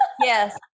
Yes